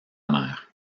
mère